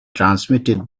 transmitted